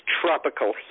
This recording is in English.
tropical